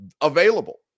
available